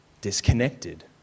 disconnected